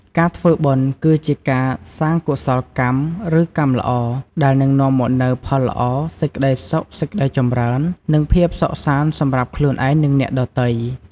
ការធ្វើបុណ្យគឺជាការសាង កុសលកម្ម ឬ កម្មល្អ ដែលនឹងនាំមកនូវផលល្អ សេចក្តីសុខ សេចក្តីចម្រើន និងភាពសុខសាន្តសម្រាប់ខ្លួនឯង និងអ្នកដទៃ។